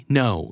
no